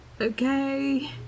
Okay